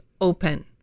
open